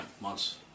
months